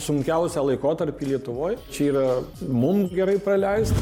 sunkiausią laikotarpį lietuvoj čia yra mum gerai praleist